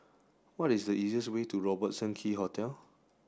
what is the easiest way to Robertson Quay Hotel